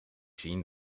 zien